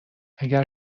اگر